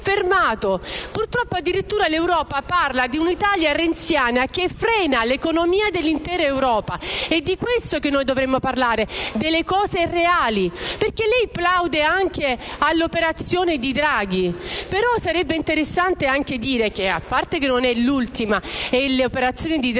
Purtroppo, addirittura l'Europa parla di un'Italia renziana che frena l'economia dell'intera Europa. Di questo dovremmo parlare: delle cose reali, perché lei plaude anche all'operazione di Draghi, però sarebbe interessante anche dire che (a parte il fatto che non è l'ultima, e che le operazioni di Draghi